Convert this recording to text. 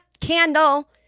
candle